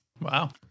wow